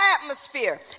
atmosphere